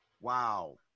wow